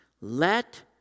Let